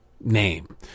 name